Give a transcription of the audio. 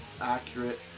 accurate